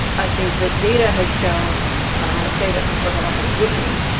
i think the data has shown and i'm going to say this. of course, i don't have it with me,